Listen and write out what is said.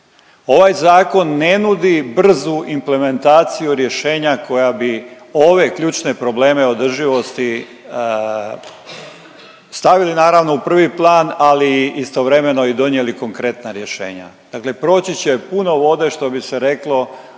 Ovaj Zakon ne nudi brzu implementaciju rješenja koja bi ove ključne probleme održivosti stavili, naravno u prvi plan, ali istovremeno i donijeli konkretna rješenja. Dakle proći će puno vode, što bi se reklo,